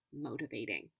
motivating